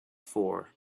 for